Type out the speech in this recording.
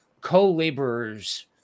co-laborers